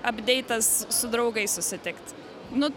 apdeitas su draugais susitikt nu